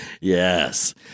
Yes